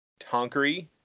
Tonkery